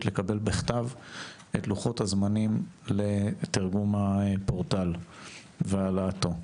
לקבל בכתב את לוחות הזמנים לתרגום הפורטל והעלאתו.